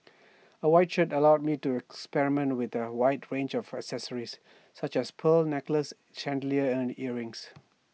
A white shirt allows me to experiment with A wide range of accessories such as pearl necklaces chandelier and earrings